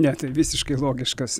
net visiškai logiškas